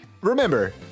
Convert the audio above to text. remember